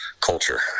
culture